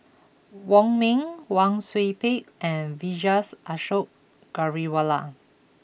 Wong Ming Wang Sui Pick and Vijesh Ashok Ghariwala